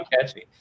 catchy